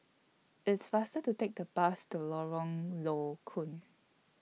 It's faster to Take The Bus to Lorong Low Koon